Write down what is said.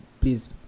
Please